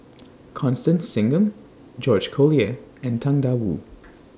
Constance Singam George Collyer and Tang DA Wu